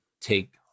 take